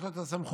יש לו את הסמכות